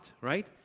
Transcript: Right